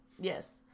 Yes